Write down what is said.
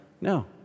No